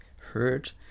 heard